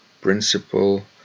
principle